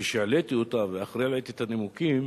כשהעליתי אותה ואחרי כן ראיתי את הנימוקים,